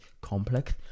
complex